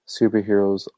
superheroes